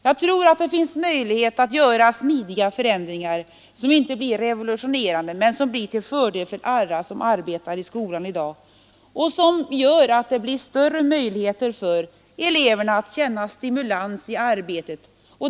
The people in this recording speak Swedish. Jag tror det finns möjlighet att vidta smidiga förändringar som inte blir revolutionerande men som blir till fördel för alla som arbetar i skolan i dag, förändringar som gör att det blir större möjligheter för eleverna att känna stimulans i arbetet.